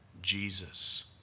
Jesus